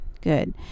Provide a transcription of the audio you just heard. Good